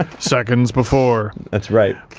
seconds before. that's right.